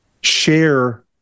share